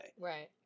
Right